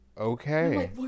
Okay